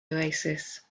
oasis